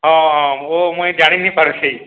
ହଁ ଓ ମୁଇଁ ଜାଣିପାରୁଥେଇ